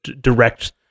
direct